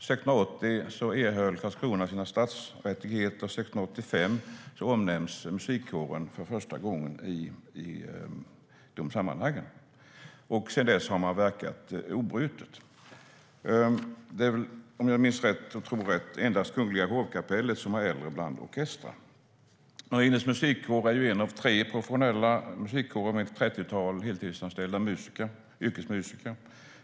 År 1680 erhöll Karlskrona sina stadsrättigheter, och 1685 omnämns Marinens Musikkår för första gången i dessa sammanhang. Sedan dess har man verkat obrutet. Om jag minns rätt är det endast Kungliga Hovkapellet som är äldre bland orkestrar. Marinens Musikkår är en av tre professionella Musikkårer med ett trettiotal heltidsanställda yrkesmusiker.